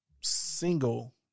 single